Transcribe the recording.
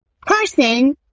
person